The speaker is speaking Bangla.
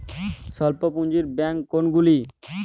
স্বল্প পুজিঁর ব্যাঙ্ক কোনগুলি?